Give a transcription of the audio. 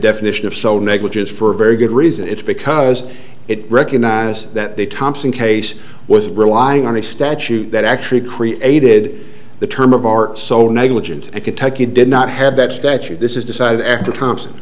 definition of so negligence for a very good reason it's because it recognizes that the thompson case was relying on a statute that actually created the term of art so negligence and kentucky did not have that statute this is decided after thompson